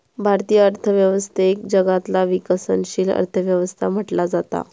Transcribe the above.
भारतीय अर्थव्यवस्थेक जगातला विकसनशील अर्थ व्यवस्था म्हटला जाता